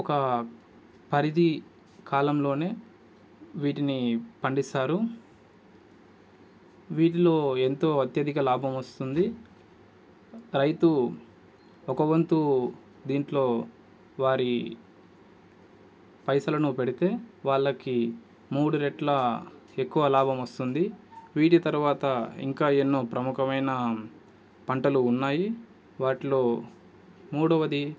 ఒక పరిధి కాలంలోనే వీటిని పండిస్తారు వీటిలో ఎంతో అత్యధిక లాభం వస్తుంది రైతు ఒక వంతు దీంట్లో వారి పైసలను పెడితే వాళ్ళకి మూడు రెట్ల ఎక్కువ లాభం వస్తుంది వీటి తర్వాత ఇంకా ఎన్నో ప్రముఖమైన పంటలు ఉన్నాయి వాటిలో మూడవది